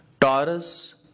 Taurus